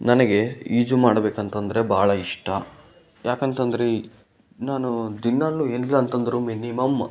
ನನಗೆ ಈಜು ಮಾಡಬೇಕು ಅಂತ ಅಂದ್ರೆ ಭಾಳ ಇಷ್ಟ ಯಾಕಂತ ಅಂದ್ರೆ ನಾನು ದಿನಾಲೂ ಏನಿಲ್ಲ ಅಂತ ಅಂದ್ರು ಮಿನಿಮಮ್